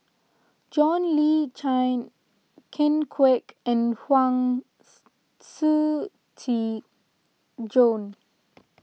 John Le Cain Ken Kwek and Huang Shiqi Joan